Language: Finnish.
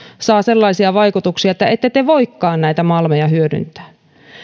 saa sellaisia vaikutuksia että ette te voikaan näitä malmeja hyödyntää